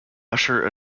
usher